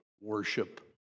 worship